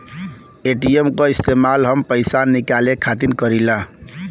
ATM क इस्तेमाल हम पइसा निकाले खातिर करीला